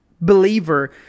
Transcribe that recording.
believer